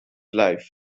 life